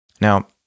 Now